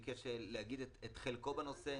הוא ביקש להגיד את חלקו בנושא,